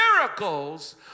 miracles